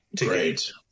Great